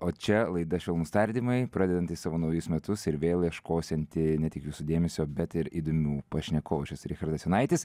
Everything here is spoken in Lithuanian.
o čia laida švelnūs tardymai pradedanti savo naujus metus ir vėl ieškosianti ne tik jūsų dėmesio bet ir įdomių pašnekovų aš esu richardas jonaitis